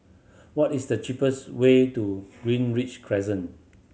what is the cheapest way to Greenridge Crescent